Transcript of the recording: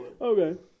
Okay